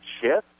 shift